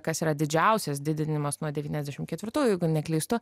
kas yra didžiausias didinimas nuo devyniasdešimt ketvirtųjų jeigu neklystu